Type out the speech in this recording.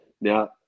Now